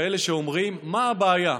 כאלה שאומרים: מה הבעיה?